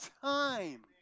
time